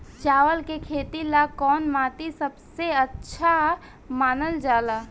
चावल के खेती ला कौन माटी सबसे अच्छा मानल जला?